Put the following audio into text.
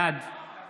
בעד